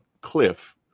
cliff